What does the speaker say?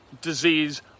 disease